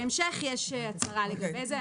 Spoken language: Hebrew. אבל לא יהיה רגע הייצור או --- בהמשך יש הקראה לגבי זה.